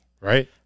Right